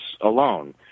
alone